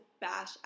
bash